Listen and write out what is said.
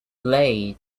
lay